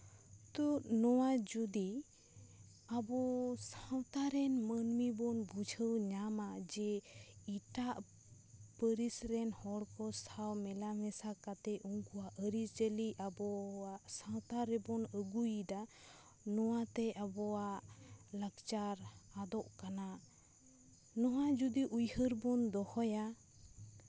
ᱛᱚ ᱱᱚᱣᱟ ᱡᱩᱫᱤ ᱟᱵᱚ ᱥᱟᱶᱛᱟ ᱨᱮᱱ ᱢᱟᱹᱱᱢᱤ ᱵᱚᱱ ᱵᱩᱡᱷᱟᱹᱣ ᱧᱟᱢᱟ ᱡᱮ ᱮᱴᱟᱜ ᱯᱟᱹᱨᱤᱥ ᱨᱮᱱ ᱦᱚᱲ ᱠᱚ ᱥᱟᱶ ᱢᱮᱞᱟ ᱢᱮᱥᱟ ᱠᱟᱛᱮᱜ ᱩᱱᱠᱩᱣᱟᱜ ᱟᱹᱨᱤᱪᱟᱞᱤ ᱟᱵᱚᱣᱟᱜ ᱥᱟᱶᱛᱟ ᱨᱮᱵᱚᱱ ᱟᱹᱜᱩᱭᱮᱫᱟ ᱱᱚᱣᱟᱛᱮ ᱟᱵᱚᱣᱟᱜ ᱞᱟᱠᱪᱟᱨ ᱟᱫᱚᱜ ᱠᱟᱱᱟ ᱱᱚᱣᱟ ᱡᱩᱫᱤ ᱩᱭᱦᱟᱹᱨ ᱵᱚᱱ ᱫᱚᱦᱚᱭᱟ